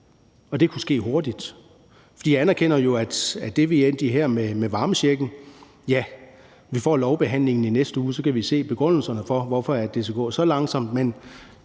og det kunne ske hurtigt. For de anerkender jo det, vi er endt i her med varmechecken – ja, vi får lovbehandlingen i næste uge, og så kan vi se begrundelserne for, hvorfor det skal gå så langsomt,